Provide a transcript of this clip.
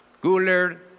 Cooler